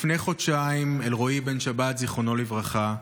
לפני חודשיים אלרועי בן שבת, זיכרונו לברכה,